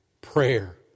prayer